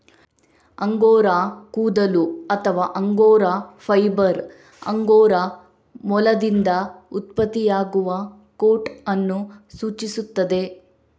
angora ಕೂದಲು ಅಥವಾ angora fibre angora ಮೊಲದಿಂದ ಉತ್ಪತ್ತಿಯಾಗುವ ಕೋಟ್ ಅನ್ನು ಸೂಚಿಸುತ್ತದೆ